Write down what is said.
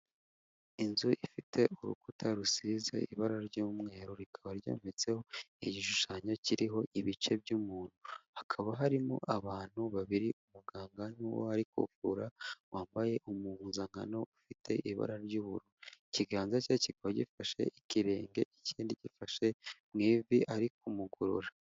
Inzu ifite urukuta rusize ibara ry'umweru rikaba rymetseho igishushanyo kiriho ibice by'umuntu, hakaba harimo abantu babiri umuganga n'uwo ari kuvura wambaye umuhuzankano ufite ibara ry'ubururu ikiganza cye kikaba gifashe ikirenge ikindi gifashe mu ivi ari kumugorora.